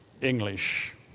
English